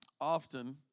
often